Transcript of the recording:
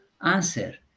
answer